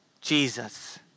Jesus